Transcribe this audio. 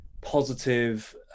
positive